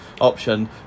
option